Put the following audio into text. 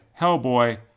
hellboy